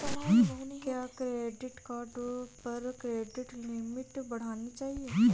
क्या credit card पर credit limit बढ़ानी चाहिए?